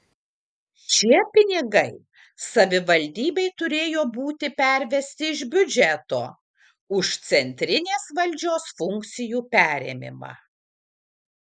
šie pinigai savivaldybei turėjo būti pervesti iš biudžeto už centrinės valdžios funkcijų perėmimą